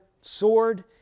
sword